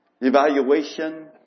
Evaluation